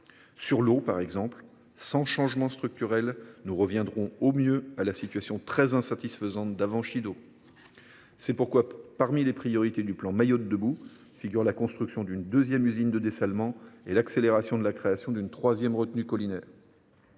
de l’eau, par exemple, à défaut de changement structurel, nous reviendrons, au mieux, à la situation très insatisfaisante de l’avant Chido. C’est pourquoi, parmi les priorités du plan Mayotte debout figurent la construction d’une deuxième usine de dessalement et l’accélération de la création d’une troisième retenue collinaire.